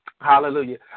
Hallelujah